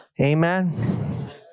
Amen